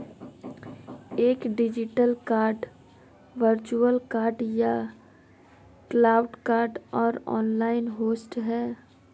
एक digital card virtual card या cloud card एक ऑनलाइन होस्ट है